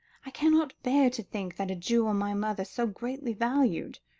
i cannot bear to think that a jewel my mother so greatly valued,